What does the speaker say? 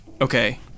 okay